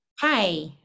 Hi